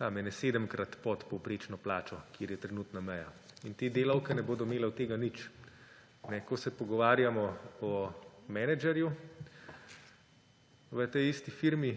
kakšnih sedemkrat pod povprečno plačo, kjer je trenutna meja, in te delavke ne bodo imele od tega nič. Ko se pogovarjamo o menedžerju v tej isti firmi,